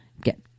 get